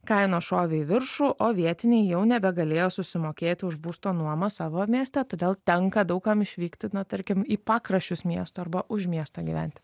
kainos šovė į viršų o vietiniai jau nebegalėjo susimokėti už būsto nuomą savo mieste todėl tenka daug kam išvykti tarkim į pakraščius miesto arba už miesto gyventi